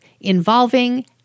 involving